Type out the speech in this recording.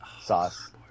sauce